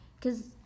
Cause